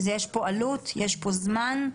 יש פה עלות, יש פה זמן.